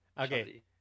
Okay